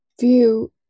view